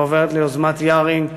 ועוברת ליוזמת יארינג,